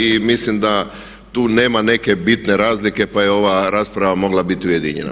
I mislim da tu nema neke bitne razlike pa je ova rasprava mogla biti ujedinjena.